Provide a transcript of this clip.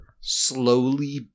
slowly